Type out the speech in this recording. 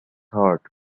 heart